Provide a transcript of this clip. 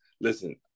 Listen